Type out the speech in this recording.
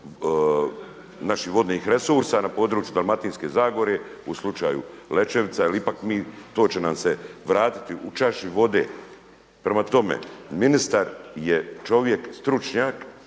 naših vodnih resursa na području Dalmatinske Zagore u slučaju Lećevica jel ipak mi to će nam se vratiti u čaši vode. Prema tome, ministar je čovjek stručnjak